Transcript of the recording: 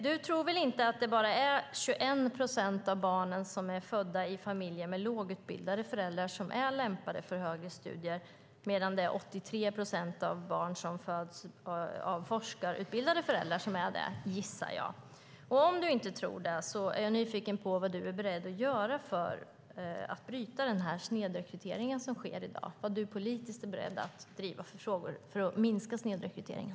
Du tror väl inte att det bara är 21 procent av barnen i familjer med lågutbildade föräldrar som är lämpade för högre studier medan 83 procent av barnen med forskarutbildade föräldrar är det? Om du inte tror det är jag nyfiken på vad du är beredd att göra för att bryta den snedrekrytering som finns i dag. Vad är du beredd att politiskt driva för frågor för att minska snedrekryteringen?